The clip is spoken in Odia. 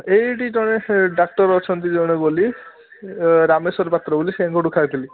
ଏଇଠି ଜଣେ ସେ ଡାକ୍ତର ଅଛନ୍ତି ଜଣେ ବୋଲି ରାମେଶ୍ଵର ପାତ୍ର ବୋଲି ସେୟାଙ୍କଠୁ ଖାଇଥିଲି